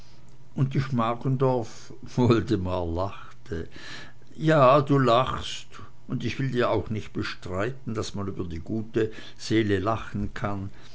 und die schmargendorf woldemar lachte ja du lachst woldemar und ich will dir auch nicht bestreiten daß man über die gute seele lachen kann